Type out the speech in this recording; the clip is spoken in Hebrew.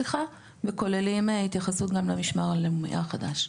וכוללים התייחסות גם למשמר הלאומי החדש.